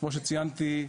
שכמו שציינתי,